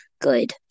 good